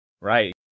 Right